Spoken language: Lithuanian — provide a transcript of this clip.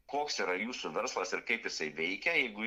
koks yra jūsų verslas ir kaip jisai veikia jeigu